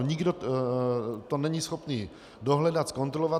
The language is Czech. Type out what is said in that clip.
Nikdo to není schopný dohledat, zkontrolovat.